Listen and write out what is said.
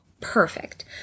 perfect